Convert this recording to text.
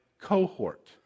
cohort